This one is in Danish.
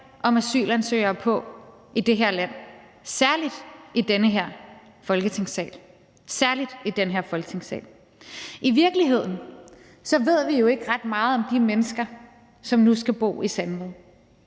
om asylansøgere på i det her land – særlig i den her Folketingssal! I virkeligheden ved vi er jo ikke ret meget om de mennesker, som nu skal bo i Sandvad.